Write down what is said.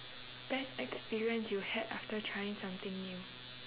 best experience you had after trying something new